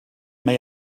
may